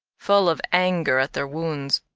full of anger at their wounds,